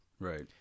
right